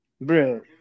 bro